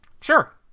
Sure